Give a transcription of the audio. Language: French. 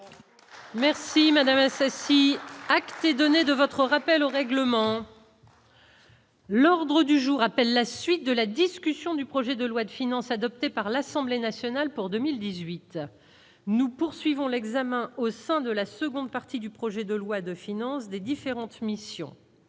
Merci madame ceci donner de votre rappel au règlement. L'ordre du jour appelle la suite de la discussion du projet de loi de finances adoptées par l'Assemblée nationale pour 2018 : nous poursuivons l'examen au sein de la seconde partie du projet de loi de finances des différentes missions.